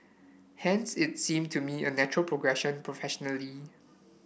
hence it seem to me a natural progression professionally